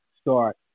start